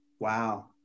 wow